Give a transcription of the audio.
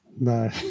No